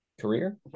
Career